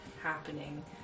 happening